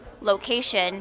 location